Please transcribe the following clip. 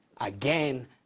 again